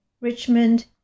Richmond